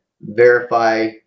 verify